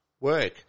work